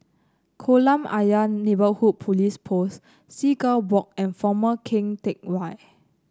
Kolam Ayer Neighbourhood Police Post Seagull Walk and Former Keng Teck Whay